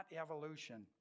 evolution